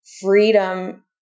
freedom